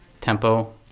tempo